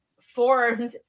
formed